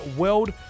world